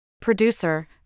Producer